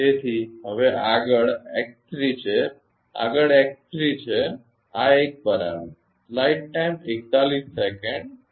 તેથી હવે આગળ x3 છે આગળ x3 છે આ એક બરાબર